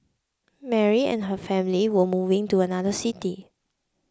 Mary and her family were moving to another city